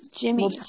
Jimmy